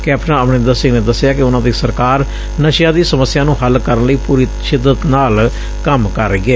captain Amarinder Singh ਨੇ ਦੱਸਿਆ ਕਿ ਉਨੂਾ ਦੀ ਸਰਕਾਰ ਨਸ਼ਿਆਂ ਦੀ ਸਮੱਸਿਆ ਨੂੰ ਹੱਲ ਕਰਨ ਲਈ ਪੁਰੀ ਸ਼ਿੱਦਤ ਨਾਲ ਕੰਮ ਕਰ ਰਹੀ ਏ